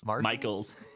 Michaels